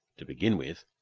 to begin with,